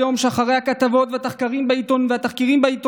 ליום שאחרי הכתבות והתחקירים בעיתונות,